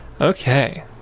Okay